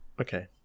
Okay